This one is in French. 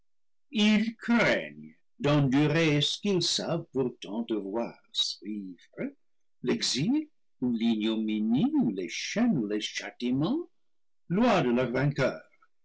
ils craignent d'endurerce qu'ils savent pourtant devoir suivre l'exil ou l'ignominie ou les chaînes ou les châtiments loi de leur vainqueur